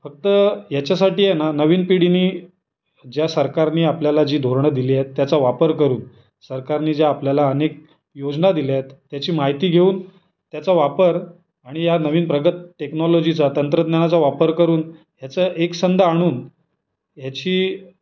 फक्त याच्यासाठी आहे ना नवीन पिढीनी ज्या सरकारनी आपल्याला जी धोरणं दिली आहेत त्याचा वापर करून सरकारनी जे आपल्याला अनेक योजना दिल्यात त्याची माहिती घेऊन त्याचा वापर आणि या नवीन प्रगत टेक्नॉलॉजीचा तंत्रज्ञानाचा वापर करून ह्याचं एकसंध आणून ह्याची